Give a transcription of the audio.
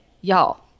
y'all